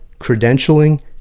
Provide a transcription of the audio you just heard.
credentialing